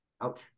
Ouch